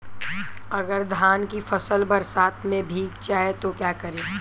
अगर धान की फसल बरसात में भीग जाए तो क्या करें?